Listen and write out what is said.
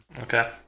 okay